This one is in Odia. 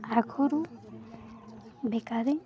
ଆଗରୁ ବେକାରୀ